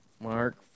Mark